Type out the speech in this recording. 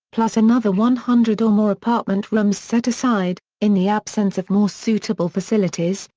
plus another one hundred or more apartment rooms set aside, in the absence of more suitable facilities,